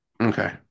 Okay